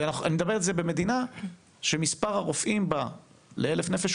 אני מדבר על זה במדינה שמספר הרופאים בה ל-1,000 נפשות,